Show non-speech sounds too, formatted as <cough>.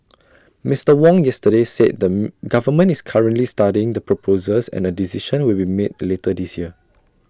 Mister Wong yesterday said the <noise> government is currently studying the proposals and A decision will be made later this year